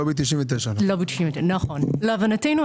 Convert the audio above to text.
להבנתנו,